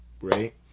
Right